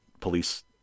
police